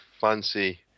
fancy